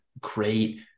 great